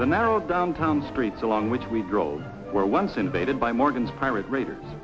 the narrow downtown streets along which we drove were once invaded by morgan's pirate raiders